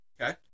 Okay